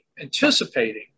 anticipating